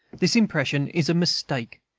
this impression is a mistake.